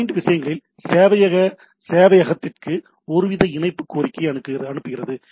client விஷயங்களில் சேவையக சேவையகத்திற்கு ஒருவித இணைப்பு கோரிக்கையை அனுப்புகிறது